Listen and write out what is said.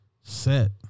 set